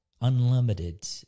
unlimited